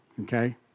Okay